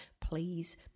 please